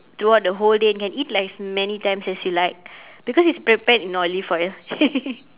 throughout the whole day and you can eat like as many times as you like because it's prepared in olive oil